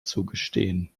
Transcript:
zugestehen